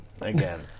again